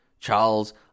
Charles